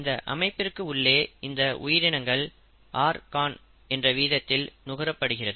இந்த அமைப்பிற்கு உள்ளே இந்த உயிரினங்கள் rcon என்ற வீதத்தில் நுகரப்படுகிறது